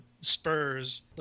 spurs